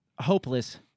hopeless